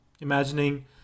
imagining